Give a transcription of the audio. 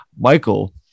Michael